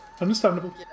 understandable